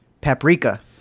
Paprika